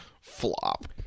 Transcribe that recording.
flop